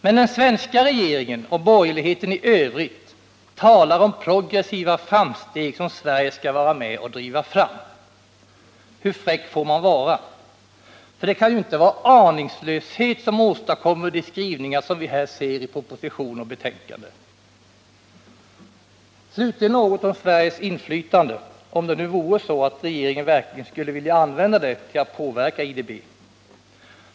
Men den svenska regeringen och borgerligheten i övrigt talar om progressiva framsteg som Sverige skall vara med och driva fram. Hur fräck får man vara? För det kan ju inte vara aningslöshet som åstadkommer de skrivningar som vi ser här i proposition och betänkande! Slutligen något om Sveriges inflytande, om det nu vore så att regeringen verkligen skulle vilja använda det till att påverka IDB.